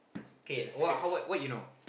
k what how~ what you know